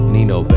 Nino